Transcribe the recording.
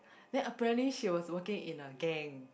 then apparently she was working in a gang